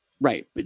right